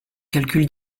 calcul